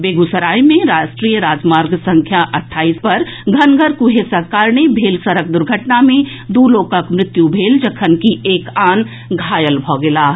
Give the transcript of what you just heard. बेगूसराय मे राष्ट्रीय राजमार्ग संख्या अठाईस घनगर कुहेसक कारणे भेल सड़क दुर्घटना मे दू लोकक मृत्यु भऽ गेल जखनकि एक आन घायल भऽ गेलाह